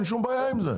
אין שום בעיה עם זה,